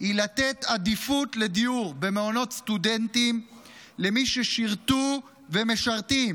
היא לתת עדיפות לדיור במעונות סטודנטים למי ששירתו ומשרתים